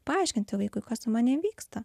paaiškinti vaikui kas su manim vyksta